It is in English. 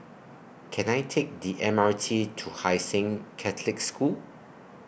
Can I Take The M R T to Hai Sing Catholic School